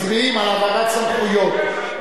מצביעים על העברת סמכויות.